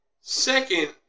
second